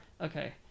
Okay